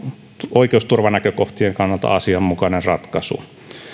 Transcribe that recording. oikeusturvanäkökohtien kannalta asianmukainen ratkaisu